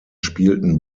spielten